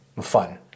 fun